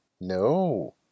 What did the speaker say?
No